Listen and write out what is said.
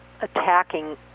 attacking